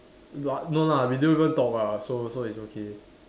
w~ no lah we didn't even talk lah so so it's okay